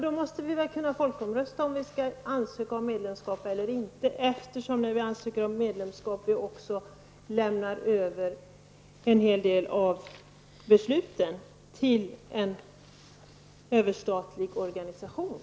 Då måste vi väl kunna folkomrösta om huruvida Sverige skall ansöka om medlemskap eller inte, eftersom Sverige vid en medlemsansökan lämnar över en hel del av besluten till en överstatlig organisation.